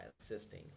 assisting